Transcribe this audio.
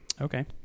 Okay